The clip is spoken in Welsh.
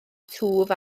twf